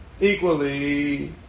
equally